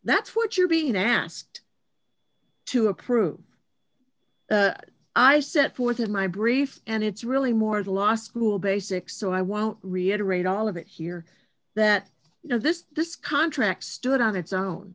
that's what you're being asked to approve i set forth in my brief and it's really more the law school basics so i won't reiterate all of it here that you know this this contract stood on its own